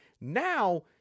Now